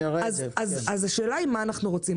אז השאלה מה אנחנו רוצים?